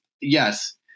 Yes